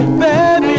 baby